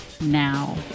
now